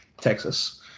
Texas